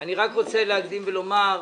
אני רק רוצה להקדים ולומר,